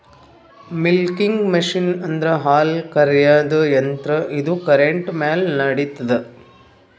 milking machine ಅಂದ್ರ ಹಾಲ್ ಕರ್ಯಾದ್ ಯಂತ್ರ ಇದು ಕರೆಂಟ್ ಮ್ಯಾಲ್ ನಡಿತದ್